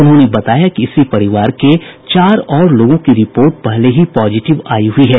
उन्होंने बताया कि इसी परिवार के चार और लोगों की रिपोर्ट पहले ही पॉजिटिव आयी हुई है